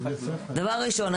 דבר ראשון,